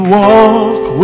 walk